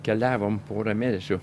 keliavom pora mėnesių